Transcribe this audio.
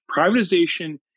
privatization